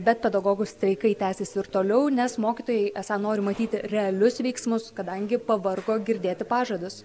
bet pedagogų streikai tęsiasi ir toliau nes mokytojai esą nori matyti realius veiksmus kadangi pavargo girdėti pažadus